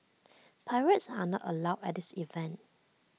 pirates are not allowed at this event